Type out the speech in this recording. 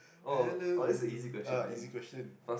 hello uh easy question